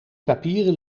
papieren